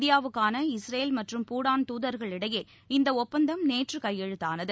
இந்தியாவுக்கான இஸ்ரேல் மற்றும் பூடான் தூதர்களுக்கிடையே இந்த ஒப்பந்தம் நேற்று கையெழுத்தானது